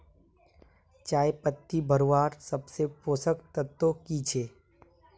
चयपत्ति बढ़वार सबसे पोषक तत्व की छे?